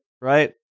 right